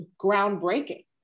groundbreaking